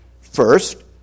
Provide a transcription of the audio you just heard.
First